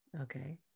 Okay